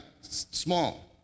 small